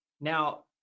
Now